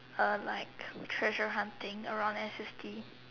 uh like treasure hunting around S_S_D